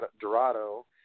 Dorado